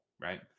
right